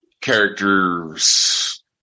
characters